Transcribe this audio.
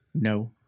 No